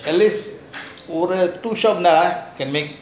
at least two shop ah can make